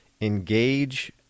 engage